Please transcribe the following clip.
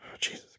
Jesus